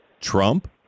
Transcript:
Trump